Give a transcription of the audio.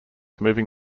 moving